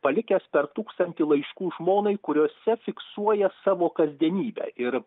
palikęs per tūkstantį laiškų žmonai kuriuose fiksuoja savo kasdienybę ir